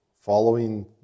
following